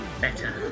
Better